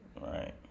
right